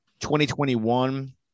2021